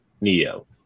Neo